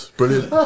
brilliant